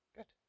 Good